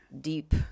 deep